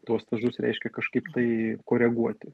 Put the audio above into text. tuos stažus reiškia kažkaip tai koreguoti